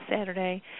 Saturday